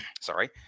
sorry